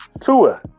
Tua